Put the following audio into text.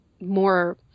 more